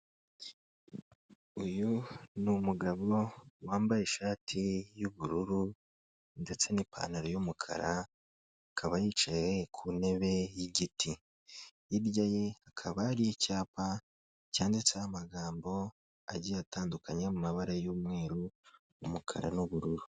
Uyu ni umugabo wambaye ishati y'ubururu ndetse n'ipantaro y'umukara, akaba yicaye ku ntebe y'igiti, hirya ye hakaba hari icyapa, cyanditseho amagambo agiye atandukanye, yo mu mabara y'umweru, umukara n'ubururu.